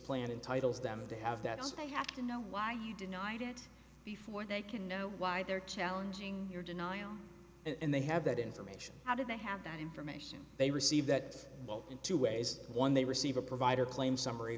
plan and titles them to have that said i have to know why you denied it before they can know why they're challenging your denial and they have that information how do they have that information they receive that in two ways one they receive a provider claim summary